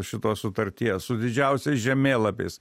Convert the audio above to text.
šitos sutarties su didžiausiais žemėlapiais